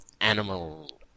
animal